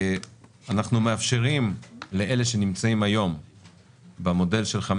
אנחנו מאפשרים לאלה שנמצאים היום במודל של 5